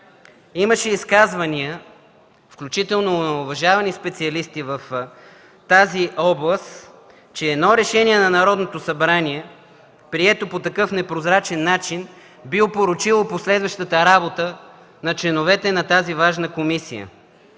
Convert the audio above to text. имаше изказвания, включително на уважавани специалисти в тази област, че едно решение на Народното събрание, прието по такъв непрозрачен начин, би опорочило последващата работа на членовете на тази важна комисия.